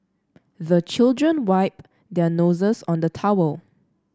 the children wipe their noses on the towel